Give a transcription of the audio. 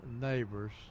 neighbors